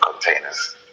containers